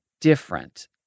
different